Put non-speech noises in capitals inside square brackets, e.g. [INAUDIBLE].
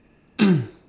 [COUGHS]